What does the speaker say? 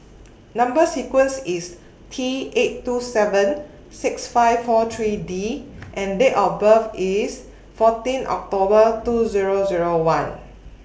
Number sequence IS T eight two seven six five four three D and Date of birth IS fourteen October two Zero Zero one